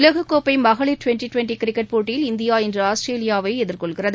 உலககோப்பைமகளிர் twenty twenty cricket போட்டியில் India இன்று ஆஸ்திரேலியாவைஎதிர்கொள்கிறது